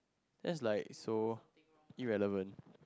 that's like so irrelevant